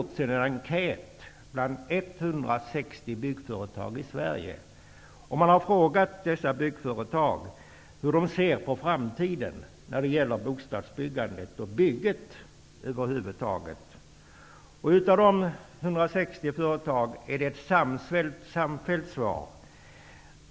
Nyligen har det bland 160 byggföretag i Sverige gjorts en enkät. Det har frågats om hur man i dessa byggföretag ser på framtiden när det gäller bostadsbyggandet och byggande över huvud taget. Svaret från de 160 företagen är samfällt.